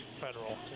federal